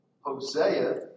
Hosea